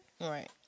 Right